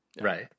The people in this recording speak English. right